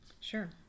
Sure